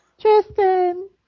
Tristan